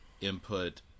input